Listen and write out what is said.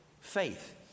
faith